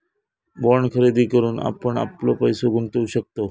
bond खरेदी करून आपण आपलो पैसो गुंतवु शकतव